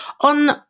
On